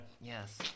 Yes